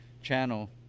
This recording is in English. channel